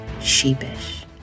sheepish